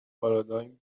پارادایم